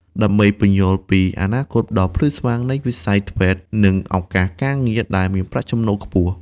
ដើម្បីពន្យល់ពីអនាគតដ៏ភ្លឺស្វាងនៃវិស័យ ធ្វេត TVET និងឱកាសការងារដែលមានប្រាក់ចំណូលខ្ពស់។